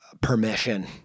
permission